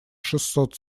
шестьсот